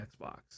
xbox